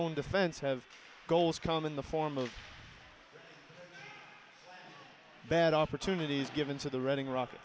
own defense have goals come in the form of bad opportunities given to the reading rocket